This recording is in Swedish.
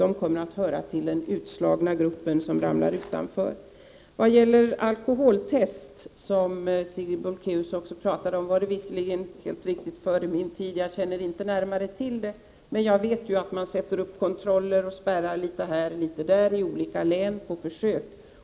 De kommer att hamna i den utslagna gruppen som står utanför. Sigrid Bolkéus talade om alkoholtest. Det är riktigt att detta hände före min tid i utskottet, och jag känner inte till detta närmare. Men jag vet att det på försök sätts upp kontroller och spärrar litet här och där i olika län.